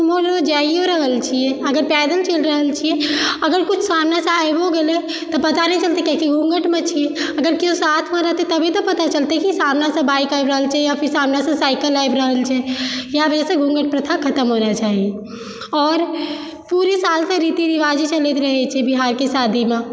घुमै लेल जाइयो रहल छी अगर पैदल चलि रहल छियै अगर कुछ सामनेसँ आबियो गेलै तऽ पता नहि चलतै कियाकि ओ घूँघटमे छै अगर केओ साथमे रहथिन तभी तऽ पता चलतै कि सामनेसँ बाइक आबि रहल छै या फिर सामनेसँ साइकल आबि रहल छै इएह वजहसँ घूँघट प्रथा खतम हो जेबाक चाही आओर पूरे साल तऽ रीति रिवाज चलैत रहै छै बिहारके शादीमे